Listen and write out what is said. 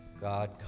God